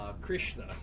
Krishna